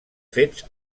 fets